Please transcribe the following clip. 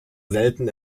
selten